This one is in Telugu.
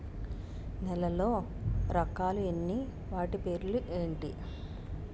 నేలలో రకాలు ఎన్ని వాటి పేర్లు ఏంటి?